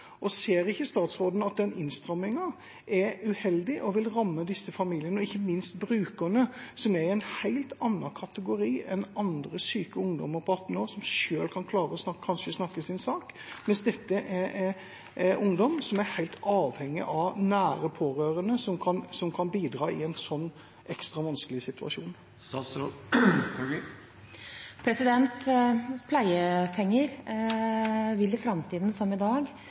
Ser ikke statsråden at den innstrammingen er uheldig og vil ramme disse familiene, og ikke minst brukerne, som er i en helt annen kategori enn andre syke ungdommer på 18 år som selv kan snakke sin sak, mens dette er ungdom som er helt avhengig av nære pårørende som kan bidra i en ekstra vanskelig situasjon? Pleiepenger vil i framtiden, som i dag,